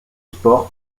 sport